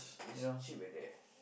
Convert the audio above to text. it's cheap at there